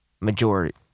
majority